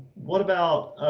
what about,